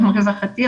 גם הרווחתי,